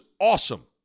awesome